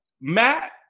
Matt